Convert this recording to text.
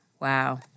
Wow